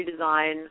redesign